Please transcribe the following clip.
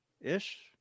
Ish